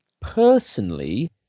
personally